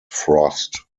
frost